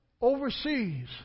Overseas